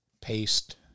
paste